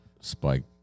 spike